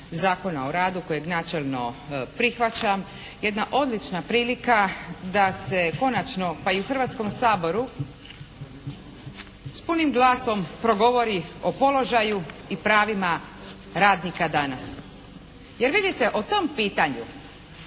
Zakona o radu kojeg načelno prihvaćam jedna odlična prilika da se konačno pa i u Hrvatskom saboru s punim glasom progovori o položaju i pravima radnika danas. Jer vidite, o tome pitanju